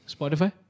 Spotify